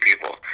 people